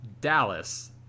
Dallas